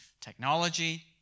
technology